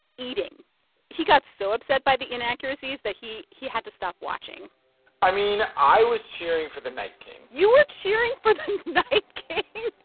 eating he got so upset by the inaccuracies that he he had to stop watching i mean, i was cheering for the night king you were cheering for the night king?